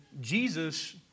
Jesus